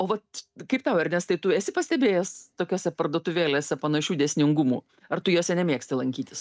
o vat kaip tau ernestai tu esi pastebėjęs tokiose parduotuvėlėse panašių dėsningumų ar tu juose nemėgsti lankytis